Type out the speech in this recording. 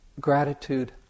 gratitude